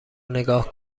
نگاه